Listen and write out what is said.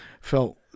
felt